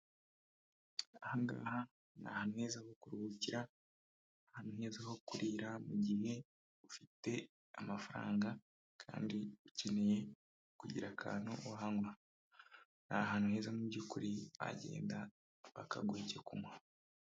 Ahangaha ni ahantu heza ho kuruhukira, ahantu heza ho kurira mu gihe ufite amafaranga kandi ukeneye kugira akantu uhanywa. Ni ahantu heza mu by'ukuri wagenda bakaguha icyo kunywa.